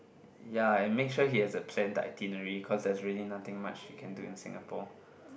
ya and make sure he has a planned itinerary cause there's really nothing much he can do in Singapore